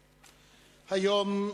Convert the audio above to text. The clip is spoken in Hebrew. חברות וחברי הכנסת, היום,